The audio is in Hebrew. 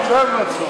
הוא מתלהב מעצמו.